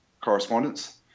correspondence